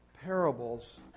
parables